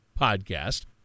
podcast